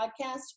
podcast